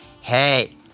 Hey